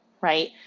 right